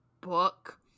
book